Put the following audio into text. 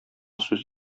сүз